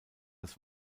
das